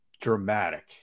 dramatic